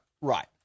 right